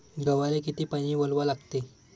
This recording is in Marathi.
गव्हाले किती पानी वलवा लागते?